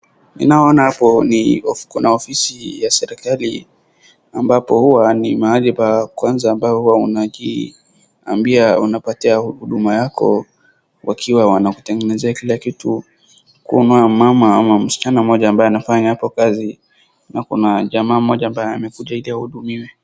Ninaoona hapo kuna ofisi ya serikali ambapo huwa ni mahali pa kwanza ambao huwa unajiambia unapatia huduma yako wakiwa wanakutengenezea kila kitu. Kuna mama ama msichana mmoja ambaye anafanya hapo kazi na kuna jamaa mmoja ambaye amekuja ili ahudumiwe.